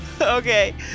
Okay